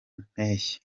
mpeshyi